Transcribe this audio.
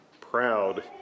proud